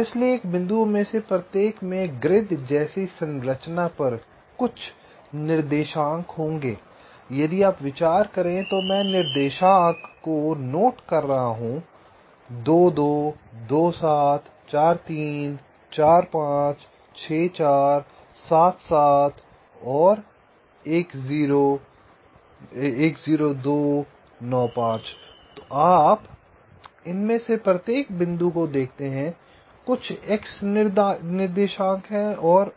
इसलिए इन बिंदुओं में से प्रत्येक में ग्रिड जैसी संरचना पर कुछ निर्देशांक होंगे यदि आप विचार करें तो मैं निर्देशांक को नोट कर रहा हूं 2 2 2 7 4 3 4 5 6 4 7 7 10 2 9 5 तो आप इनमें से प्रत्येक बिंदु को देखते हैं कुछ x निर्देशांक और